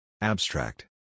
Abstract